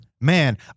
Man